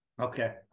okay